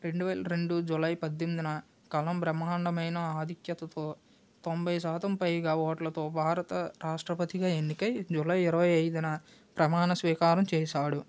రెండు వేల రెండు జూలై పద్దెనిమిదిన కలాం బ్రహ్మాండమైన ఆధిక్యతతో తొంభై శాతం పైగా ఓట్లతో భారత రాష్ట్రపతిగా ఎన్నికై జూలై ఇరవై ఐదున ప్రమాణ స్వీకారం చేశాడు